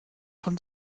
von